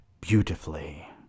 beautifully